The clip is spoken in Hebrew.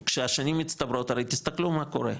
וכשהשנים מצטברות, הרי תסתכלו מה קורה,